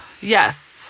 Yes